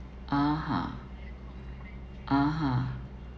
(uh huh) (uh huh)